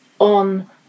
on